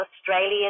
australian